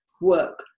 work